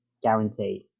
Guaranteed